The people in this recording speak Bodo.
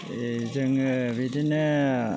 जोङो बिदिनो